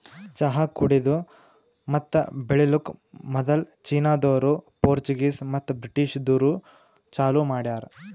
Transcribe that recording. ಚಹಾ ಕುಡೆದು ಮತ್ತ ಬೆಳಿಲುಕ್ ಮದುಲ್ ಚೀನಾದೋರು, ಪೋರ್ಚುಗೀಸ್ ಮತ್ತ ಬ್ರಿಟಿಷದೂರು ಚಾಲೂ ಮಾಡ್ಯಾರ್